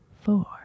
four